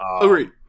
agreed